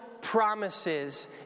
promises